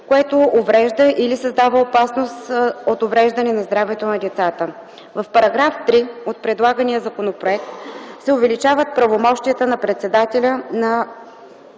което уврежда или създава опасност от увреждане на здравето на децата. В § 3 от предлагания законопроект се увеличават правомощията на председателя на